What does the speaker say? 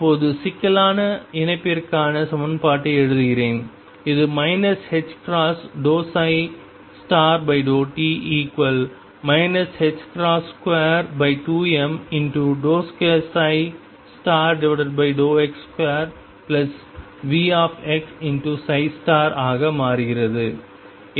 இப்போது சிக்கலான இணைப்பிற்கான சமன்பாட்டை எழுதுகிறேன் இது iℏ∂t 22m2x2Vx ஆக மாறுகிறது